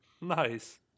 Nice